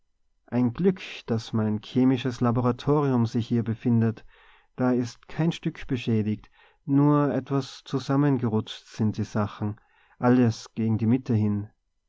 ein glück daß mein chemisches laboratorium sich hier befindet da ist kein stück beschädigt nur etwas zusammengerutscht sind die sachen alles gegen die mitte hin